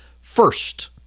First